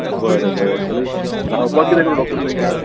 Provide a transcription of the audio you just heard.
बरें बरें आनी न्हांवपाक किदें करूं डॉक्टर तेंकां